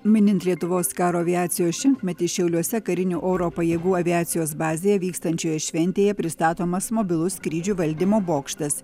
minint lietuvos karo aviacijos šimtmetį šiauliuose karinių oro pajėgų aviacijos bazėje vykstančioje šventėje pristatomas mobilus skrydžių valdymo bokštas